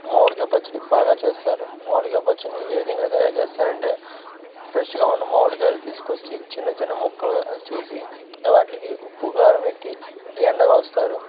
మామిడికాయ పచ్చడి బాగా చేస్తారు మామిడికాయ పచ్చడిని ఏ విధంగా తయారు చేస్తారు అంటే ఫ్రెష్గా ఉన్న మామిడికాయలు తీసుకు వచ్చి చిన్న చిన్న ముక్కలుగా చేసి వాటికి ఉప్పు కారం పెట్టి ఎండపోస్తారు